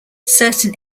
certain